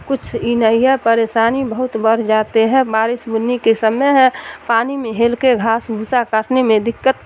کچھ ای نہیں ہے پریشانی بہت بڑھ جاتے ہے بارش بننی کے سمے ہے پانی میں ہیل کے گھاس بھسا کاٹنے میں دقت